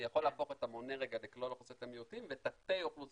אני יכול להפוך את המונה רגע לכלל אוכלוסיות המיעוטים ותתי אוכלוסייה,